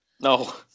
No